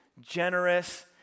generous